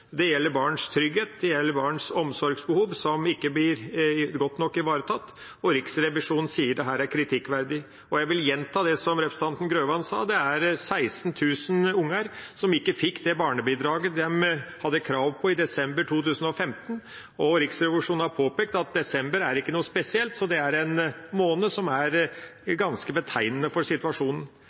Det gjelder barns trygghet, det gjelder barns omsorgsbehov som ikke blir godt nok ivaretatt, og Riksrevisjonen sier at dette er kritikkverdig. Jeg vil gjenta det som representanten Grøvan sa, at det er 16 000 unger som ikke fikk det barnebidraget de hadde krav på, i desember 2015. Riksrevisjonen har påpekt at desember ikke er spesiell, så det er en måned som er ganske betegnende for situasjonen.